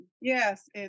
Yes